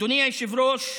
אדוני היושב-ראש,